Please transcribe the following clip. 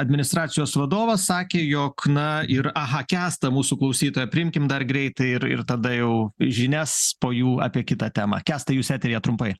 administracijos vadovas sakė jog na ir aha kęstą mūsų klausytoją priimkim dar greitai ir ir tada jau į žinias po jų apie kitą temą kęstai jūs eteryje trumpai